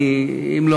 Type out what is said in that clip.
כי אם לא,